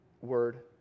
word